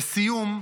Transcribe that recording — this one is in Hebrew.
לסיום,